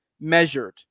measured